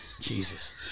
Jesus